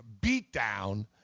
beatdown